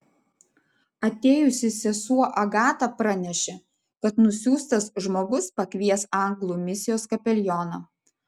atėjusi sesuo agata pranešė kad nusiųstas žmogus pakvies anglų misijos kapelioną